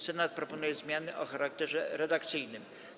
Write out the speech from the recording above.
Senat proponuje zmiany o charakterze redakcyjnym.